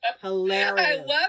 Hilarious